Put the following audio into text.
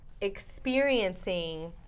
experiencing